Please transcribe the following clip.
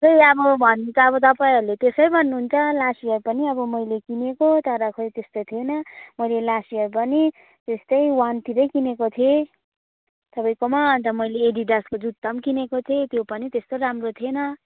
खोइ अब त भन्नु त तपाईँहरूले त्यसै भन्नु हुन्छ लास्ट इयर पनि अब मैले किनेको तर खोइ त्यस्तो थिइन मैले लास्ट इयर पनि त्यस्तै वानतिरै किनेको थिएँ तपाईँकोमा अन्त मैले एडिडासको जुत्ता पनि किनेको थिएँ त्यो पनि त्यस्तो राम्रो थिएन